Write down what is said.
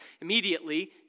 Immediately